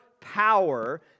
power